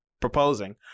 proposing